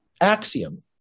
axiom